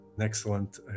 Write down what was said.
excellent